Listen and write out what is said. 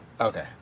Okay